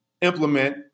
implement